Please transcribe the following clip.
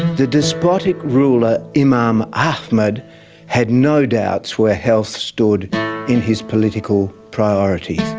the despotic ruler imam ahmed had no doubts whether health stood in his political priorities.